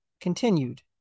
Continued